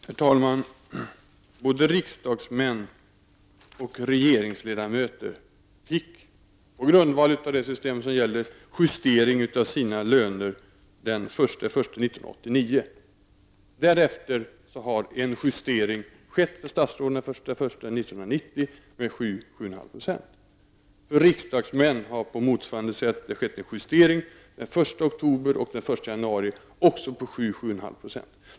Herr talman! Både riksdagsledamöter och regeringsledamöter fick på grundval av det system som gäller justering av sina löner den 1 januari 1989. Därefter har en justering skett för statsråden den 1 januari 1990 med 7--7,5 %. För riksdagsledamöter har det på motsvarande sätt skett en justering den 1 oktober 1989 och den 1 januari 1990, alltså på 7--7,5 %.